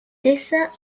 dessin